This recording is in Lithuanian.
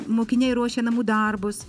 mokiniai ruošia namų darbus